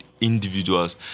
individuals